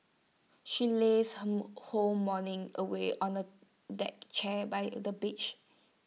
she lazed her whole morning away on A deck chair by the beach